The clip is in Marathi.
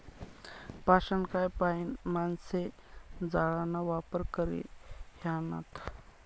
पाषाणकाय पाईन माणशे जाळाना वापर करी ह्रायनात